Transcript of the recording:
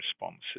responses